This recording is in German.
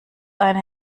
eine